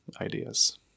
ideas